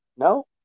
No